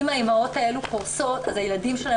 אם האימהות האלה קורסות אז הילדים שלהם